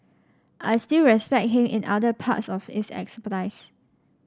I still respect him in other parts of his expertise